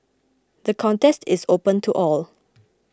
the contest is open to all